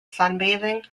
sunbathing